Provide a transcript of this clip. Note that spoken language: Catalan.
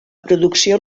producció